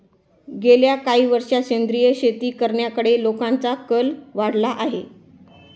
गेल्या काही वर्षांत सेंद्रिय शेती करण्याकडे लोकांचा कल वाढला आहे